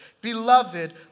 Beloved